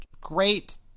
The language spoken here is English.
great